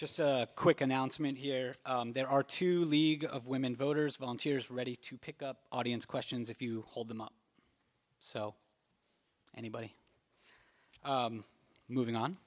just a quick announcement here there are two league of women voters volunteers ready to pick up audience questions if you hold them up so anybody moving